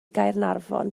gaernarfon